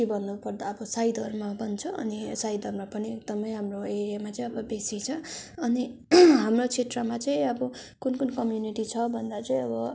के भन्नु पर्दा अब साई धर्म भन्छ अनि साई धर्म पनि एकदमै हाम्रो एरियामा चाहिँ अब बेसी छ अनि हाम्रो क्षेत्रमा चाहिँ अब कुन कुन कम्युनिटी छ भन्दा चाहिँ अब